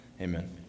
amen